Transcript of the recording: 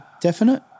definite